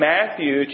Matthew